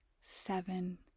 seven